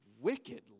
wicked